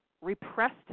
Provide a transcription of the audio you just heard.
repressed